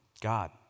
God